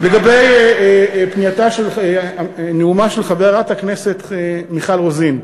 לגבי נאומה של חברת הכנסת מיכל רוזין,